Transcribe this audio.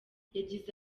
yagize